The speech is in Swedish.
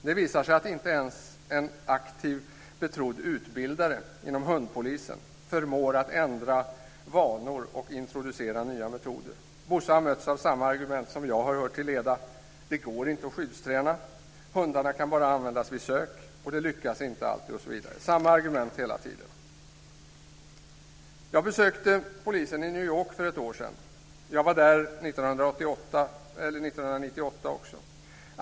Det visar sig att inte ens en aktiv, betrodd utbildare inom hundpolisen förmår att ändra vanor och introducera nya metoder. Bosse har mötts av samma argument som jag har hört till leda. Det går inte att skyddsträna. Hundarna kan bara användas vid sök. Det lyckas inte alltid osv. Det är samma argument hela tiden. Jag besökte polisen i New York för ett år sedan. Jag var där 1998 också.